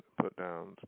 put-downs